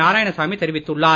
நாராயணசாமி தெரிவித்துள்ளார்